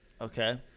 Okay